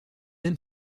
même